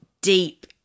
deep